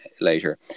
later